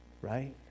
right